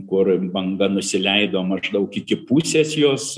kur banga nusileido maždaug iki pusės jos